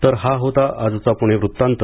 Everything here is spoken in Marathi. तर हा होता आजचा पुणे वृत्तांत